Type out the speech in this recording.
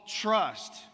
trust